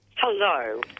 Hello